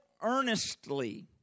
earnestly